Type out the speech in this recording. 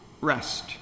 rest